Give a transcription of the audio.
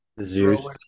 Zeus